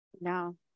No